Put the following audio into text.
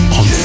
on